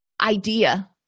idea